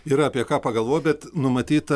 yra apie ką pagalvojot bet numatyta